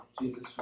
Jesus